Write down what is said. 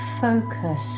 focus